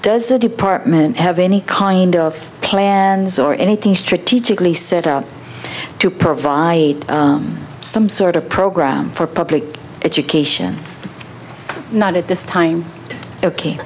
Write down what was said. does the department have any kind of plans or anything strategically set out to provide some sort of program for public education not at this time